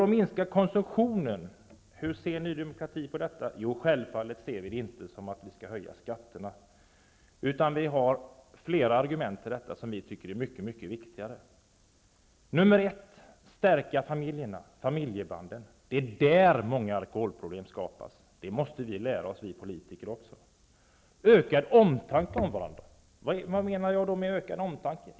Att minska konsumtionen -- hur ser Ny demokrati på detta? Jo, självfallet ser vi det inte så att vi skall höja skatten, utan vi har flera argument som vi tycker är mycket viktigare. 1. Att stärka familjerna, familjebanden. Det är där många alkoholproblem skapas -- det måste vi politiker också lära oss. 2. Ökad omtanke om varandra. Vad menar jag med det?